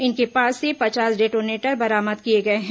इनके पास से पचास डेटोनेटर बरामद किए गए हैं